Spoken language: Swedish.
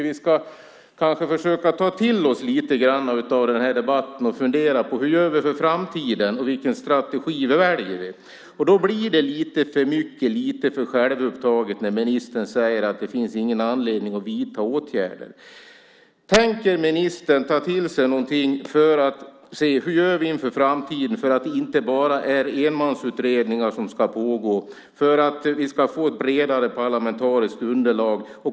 Vi ska kanske försöka ta till oss lite grann av den här debatten och fundera på hur vi ska göra för framtiden och vilken strategi vi ska välja. Det blir lite för självupptaget när ministern säger att det inte finns någon anledning att vidta åtgärder. Tänker ministern ta till sig något för att se hur vi ska göra inför framtiden, så att det inte bara blir enmansutredningar som ska pågå utan att vi ska få ett bredare parlamentariskt underlag?